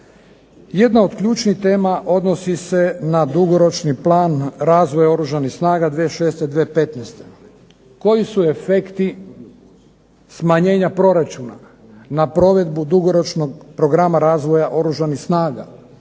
Jedna od ključnih tema odnosi se na dugoročni plan razvoja Oružanih snaga 2006. – 2015. Koji su efekti smanjenja proračuna na provedbu dugoročnog programa razvoja Oružanih snaga?